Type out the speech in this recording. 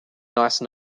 nice